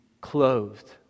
clothed